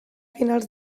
finals